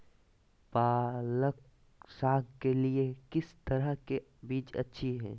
पालक साग के लिए किस तरह के बीज अच्छी है?